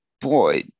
boy